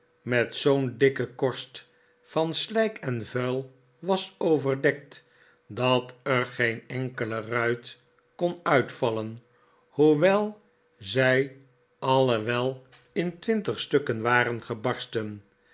met zoo'n dikke korst van slijk en vuil was overdekt dat er geen enkele ruit kon uitvallen hoewel zij alle wel in twintig stukken waren gebarsten